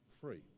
free